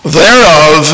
thereof